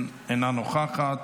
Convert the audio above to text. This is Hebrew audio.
אינה נוכחת.